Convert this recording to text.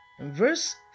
Verse